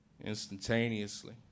instantaneously